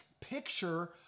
picture